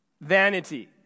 vanity